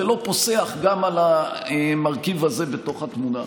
זה לא פוסח גם על המרכיב הזה בתוך התמונה.